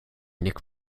nick